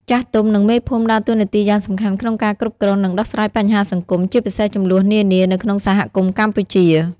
ចាស់ទុំ និងមេភូមិដើរតួនាទីយ៉ាងសំខាន់ក្នុងការគ្រប់គ្រង និងដោះស្រាយបញ្ហាសង្គម ជាពិសេសជម្លោះនានា នៅក្នុងសហគមន៍កម្ពុជា។